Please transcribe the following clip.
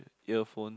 earphone